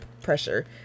pressure